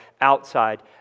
outside